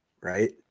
right